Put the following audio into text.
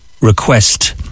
request